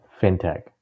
fintech